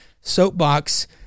soapbox